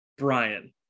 Brian